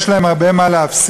יש להם הרבה מה להפסיד.